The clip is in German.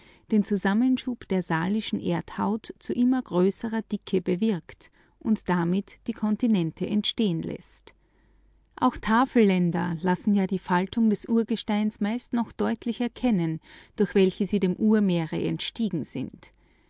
den zusammenschub der lithosphäre zu immer größerer dicke vorzugsweise bewirkt und damit die kontinente aus dem meere auftauchen läßt auch tafelländer lassen ja die faltung des urgesteins meist noch deutlich erkennen durch welche sie dem urmeere entstiegen sind